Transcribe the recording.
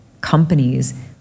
companies